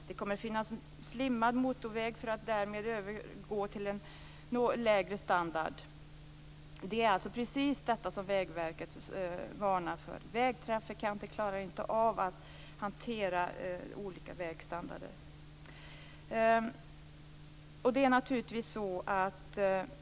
Det kommer att finnas slimmad motorväg för att därmed övergå till en lägre standard. Det är alltså precis detta som Vägverket varnar för. Vägtrafikanter klarar inte av att hantera olika vägstandarder.